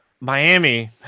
miami